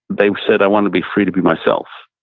they said, i want to be free to be myself.